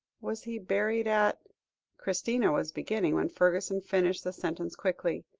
was he buried at christina was beginning, when fergusson finished the sentence quickly.